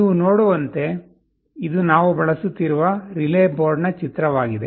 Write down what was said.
ನೀವು ನೋಡುವಂತೆ ಇದು ನಾವು ಬಳಸುತ್ತಿರುವ ರಿಲೇ ಬೋರ್ಡ್ನ ಚಿತ್ರವಾಗಿದೆ